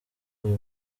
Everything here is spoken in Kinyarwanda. uyu